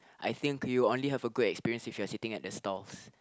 I think you only have a good experience if you're sitting at the stalls